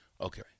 Okay